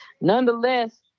Nonetheless